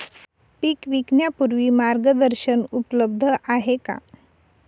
पीक विकण्यापूर्वी मार्गदर्शन उपलब्ध आहे का?